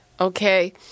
Okay